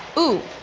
ooh,